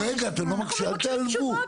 לא, רגע, אל תיעלבו.